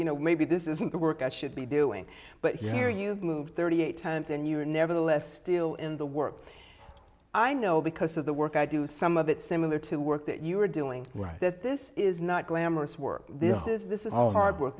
you know maybe this isn't the work i should be doing but here you've moved thirty eight times and you are nevertheless still in the work i know because of the work i do some of it similar to work that you are doing right that this is not glamorous work this is this is all hard work